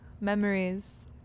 memories